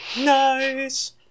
Nice